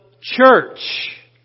church